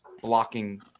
blocking